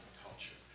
culture.